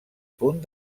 punt